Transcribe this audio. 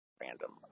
Random